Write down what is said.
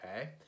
okay